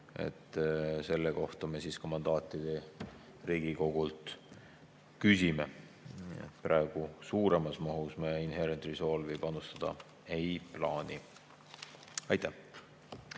selle kohta me mandaati Riigikogult küsimegi. Praegu me suuremas mahus Inherent Resolve'i panustada ei plaani. Aitäh!